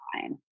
fine